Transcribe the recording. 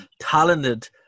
talented